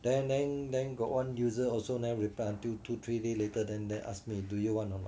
then then then got one user also never reply until two to three days later then then asked me do you want or not